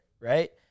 right